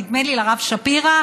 נדמה לי שלרב שפירא,